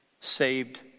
saved